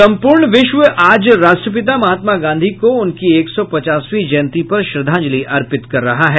संपूर्ण विश्व आज राष्ट्रपिता महात्मा गांधी को उनकी एक सौ पचासवीं जयंती पर श्रद्धांजलि अर्पित कर रहा है